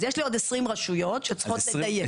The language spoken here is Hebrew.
יש לי עוד 20 רשויות שצריכות לדייק.